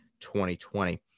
2020